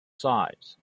sides